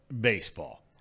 Baseball